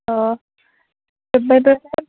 अ जोबबायब्ला